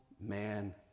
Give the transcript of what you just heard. man